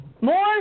More